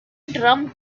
drum